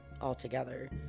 altogether